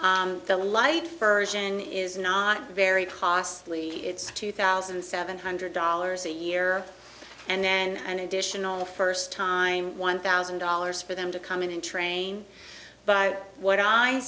of the light furs and is not very costly it's two thousand seven hundred dollars a year and then an additional first time one thousand dollars for them to come in and train but what i